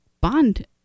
bond